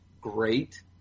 great